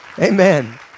Amen